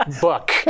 book